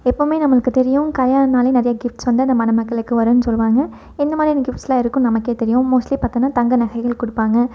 எப்போவுமே நம்மளுக்கு தெரியும் கல்யாணோனாலே நிறையா கிஃப்ட்ஸ் வந்து அந்த மணமக்களுக்கு வருன்னு சொல்வாங்க எந்த மாதிரியான கிஃப்ட்ஸ்லான் இருக்குன்னு நமக்கே தெரியும் மோஸ்ட்லி பார்த்தோனா தங்க நகைகள் கொடுப்பாங்க